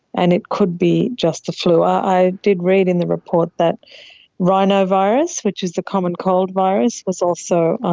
and it could be just the flu. i did read in the report that rhinovirus, which is the common cold virus, was also